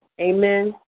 Amen